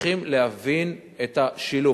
צריכים להבין את השילוב.